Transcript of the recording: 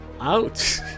out